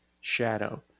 shadow